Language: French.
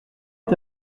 est